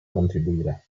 contribuire